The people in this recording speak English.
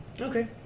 Okay